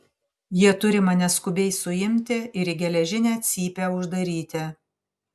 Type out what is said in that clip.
jie turi mane skubiai suimti ir į geležinę cypę uždaryti